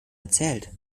erzählt